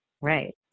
Right